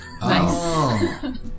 Nice